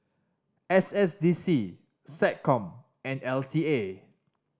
S S D C SecCom and L T A